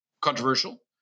controversial